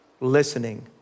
listening